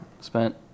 spent